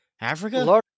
Africa